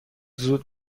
زود